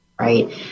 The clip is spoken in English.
Right